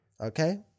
Okay